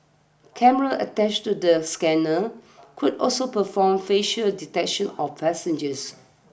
cameras attached to the scanner would also perform facial detection of passengers